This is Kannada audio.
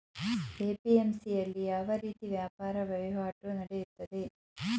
ಎ.ಪಿ.ಎಂ.ಸಿ ಯಲ್ಲಿ ಯಾವ ರೀತಿ ವ್ಯಾಪಾರ ವಹಿವಾಟು ನೆಡೆಯುತ್ತದೆ?